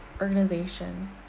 Organization